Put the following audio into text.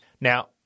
Now